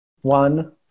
one